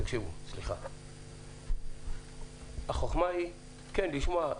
תקשיבו, החוכמה היא לשמוע.